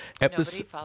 episode